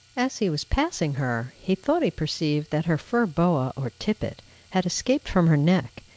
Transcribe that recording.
as he was passing her, he thought he perceived that her fur boa or tippet had escaped from her neck,